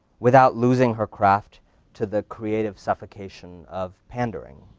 without losing her craft to the creative suffocation of pandering?